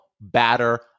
batter